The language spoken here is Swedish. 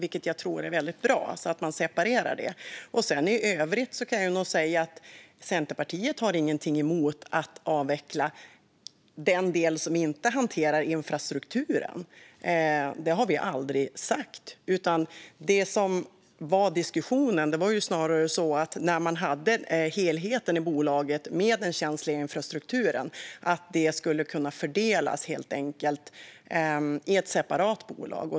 Det tror jag är väldigt bra, så att man separerar detta. I övrigt kan jag säga att Centerpartiet inte har någonting emot att avveckla den del som inte hanterar infrastrukturen. Det har vi aldrig sagt. Det som diskussionen handlade om var att när man hade helheten i bolaget med den känsliga infrastrukturen skulle det helt enkelt kunna fördelas till ett separat bolag.